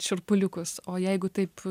šiurpuliukus o jeigu taip